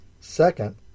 Second